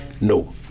no